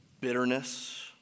bitterness